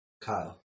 Kyle